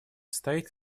стоит